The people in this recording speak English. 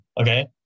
Okay